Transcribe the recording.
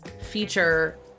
feature